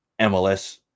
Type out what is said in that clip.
MLS